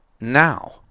now